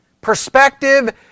perspective